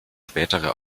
spätere